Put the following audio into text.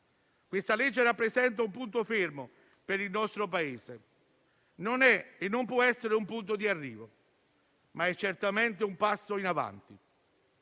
La legge rappresenta un punto fermo per il nostro Paese: non è e non può essere un punto di arrivo, ma è certamente un passo in avanti.